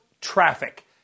traffic